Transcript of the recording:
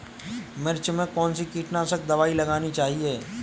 मिर्च में कौन सी कीटनाशक दबाई लगानी चाहिए?